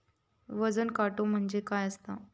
वजन काटो म्हणजे काय असता?